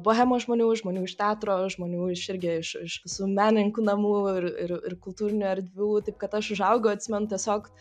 bohemos žmonių žmonių iš teatro žmonių iš irgi iš iš visų menininkų namų ir ir ir kultūrinių erdvių taip kad aš užaugau atsimenu tiesiog